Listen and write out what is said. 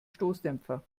stoßdämpfer